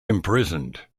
imprisoned